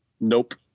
Nope